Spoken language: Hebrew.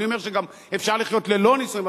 אני אומר שאפשר לחיות גם ללא נישואים,